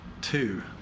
two